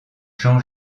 jean